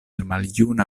maljuna